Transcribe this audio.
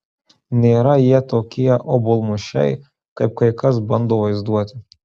nėra jie tokie obuolmušiai kaip kai kas bando vaizduoti